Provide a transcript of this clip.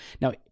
Now